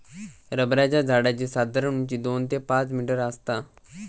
रबराच्या झाडाची साधारण उंची दोन ते पाच मीटर आसता